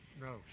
No